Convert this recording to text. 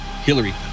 Hillary